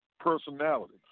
personality